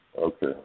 Okay